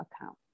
account